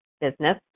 business